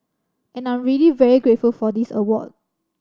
and I'm really very grateful for this award